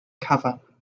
cover